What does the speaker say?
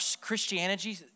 Christianity